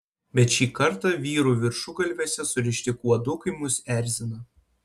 bet šį kartą vyrų viršugalviuose surišti kuodukai mus erzina